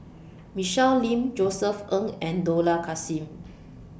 Michelle Lim Josef Ng and Dollah Kassim